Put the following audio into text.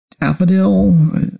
daffodil